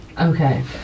Okay